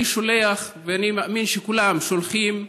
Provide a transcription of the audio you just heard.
אני שולח, ואני מאמין שכולם שולחים,